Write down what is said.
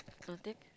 curve deck